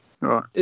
right